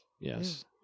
Yes